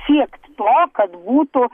siekt to kad būtų